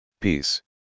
Peace